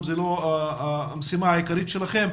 זאת לא המשימה העיקרית שלכם.